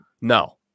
No